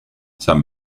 san